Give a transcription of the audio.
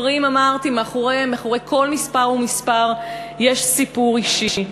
אמרתי שמאחורי כל מספר ומספר יש סיפור אישי.